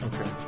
Okay